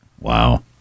Wow